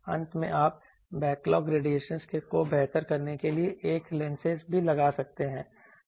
अंत में आप बैकलॉग रेडिएशनस को बेहतर करने के लिए कुछ लैंसेज भी लगा सकते हैं